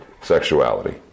sexuality